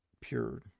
pure